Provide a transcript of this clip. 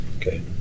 Okay